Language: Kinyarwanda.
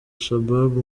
shabab